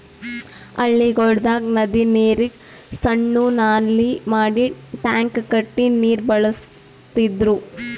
ಹಳ್ಳಿಗೊಳ್ದಾಗ್ ನದಿ ನೀರಿಗ್ ಸಣ್ಣು ನಾಲಿ ಮಾಡಿ ಟ್ಯಾಂಕ್ ಕಟ್ಟಿ ನೀರ್ ಬಳಸ್ತಿದ್ರು